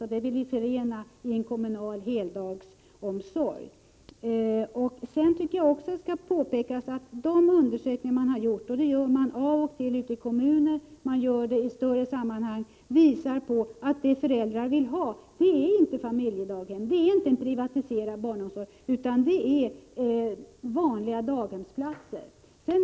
Dessa vill vi förena i en kommunal heldagsomsorg. Sedan tycker jag också att det skall påpekas att de undersökningar som gjorts — sådana görs av och till i kommuner och i större sammanhang — visar att föräldrarna inte vill ha familjedaghem eller en privatiserad barnomsorg utan vanliga daghemsplatser.